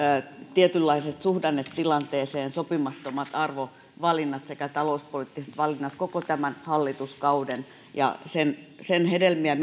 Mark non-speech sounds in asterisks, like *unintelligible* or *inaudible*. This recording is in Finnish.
tietynlaiset suhdannetilanteeseen sopimattomat arvovalinnat ja talouspoliittiset valinnat koko tämän hallituskauden ja pelkään puhemies että sen hedelmiä *unintelligible*